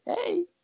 hey